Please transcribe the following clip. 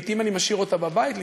לעתים אני משאיר אותה בבית,